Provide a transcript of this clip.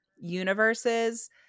universes